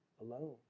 alone